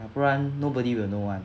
ah 不然 nobody will know [what]